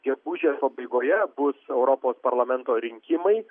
gegužės pabaigoje bus europos parlamento rinkimai